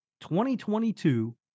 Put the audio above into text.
2022